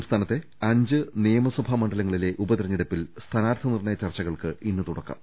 സംസ്ഥാനത്തെ അഞ്ച് നിയമസഭാ മണ്ഡലങ്ങളിലെ ഉപതെര ഞ്ഞെടുപ്പിൽ സ്ഥാനാർത്ഥി നിർണയ ചർച്ചകൾക്ക് ഇന്ന് തുട ക്കം